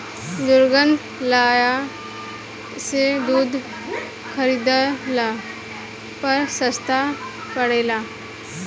दुग्धालय से दूध खरीदला पर सस्ता पड़ेला?